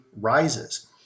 rises